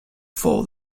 full